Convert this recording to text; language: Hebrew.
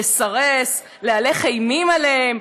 לסרס, להלך אימים עליהם.